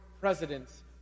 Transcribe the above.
presidents